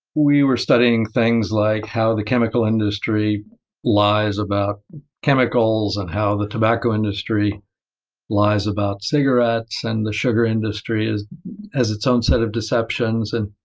we were studying things like how the chemical industry lies about chemicals, and how the tobacco industry lies about cigarettes, and the sugar industry has its own set of deceptions. and